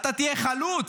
אתה תהיה חלוץ,